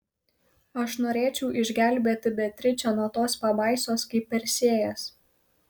aš norėčiau išgelbėti beatričę nuo tos pabaisos kaip persėjas